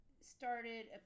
started